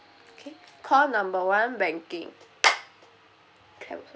okay call number one banking